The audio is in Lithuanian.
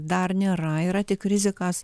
dar nėra yra tik rizikos